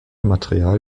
material